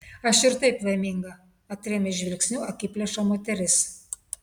aš ir taip laiminga atrėmė žvilgsniu akiplėšą moteris